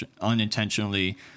unintentionally